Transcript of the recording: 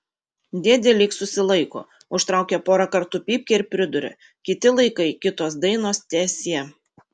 dėdė lyg susilaiko užtraukia porą kartų pypkę ir priduria kiti laikai kitos dainos teesie